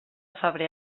febrer